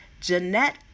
Jeanette